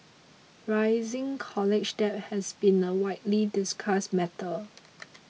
rising college debt has been a widely discussed matter